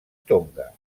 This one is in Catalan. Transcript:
tonga